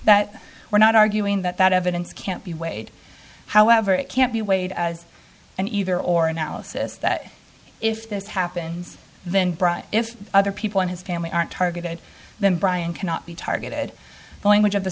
that we're not arguing that that evidence can't be weighed however it can't be weighed as an either or analysis that if this happens then brian if other people in his family aren't targeted then brian cannot be targeted going which of the